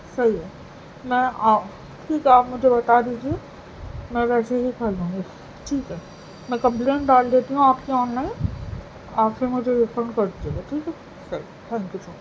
صحیح ہے میں ٹھیک ہے آپ مجھے بتا دیجیے میں ویسے ہی کر دوں گی ٹھیک ہے میں کمپلین ڈال دیتی ہوں آپ کی آن لائن آپ مجھے ریفنڈ کر دیجیے گا ٹھیک ہے صحیح ہے تھینک یو سو مچ